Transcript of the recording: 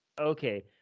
Okay